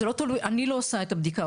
אני לא עושה את הבדיקה,